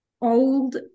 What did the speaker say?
old